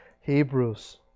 Hebrews